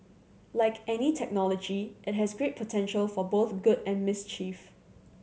like any technology it has great potential for both good and mischief